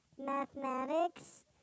mathematics